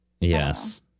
Yes